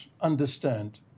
understand